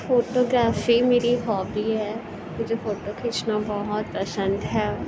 photo گرافی میری hobby ہے مجھے فوٹو کھینچا بہت پسند ہے